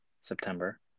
September